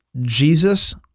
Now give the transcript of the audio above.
jesus